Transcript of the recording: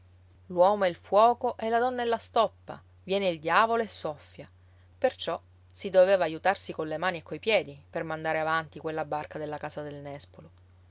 l'uomo è il fuoco e la donna è la stoppa viene il diavolo e soffia perciò si doveva aiutarsi colle mani e coi piedi per mandare avanti quella barca della casa del nespolo